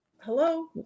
Hello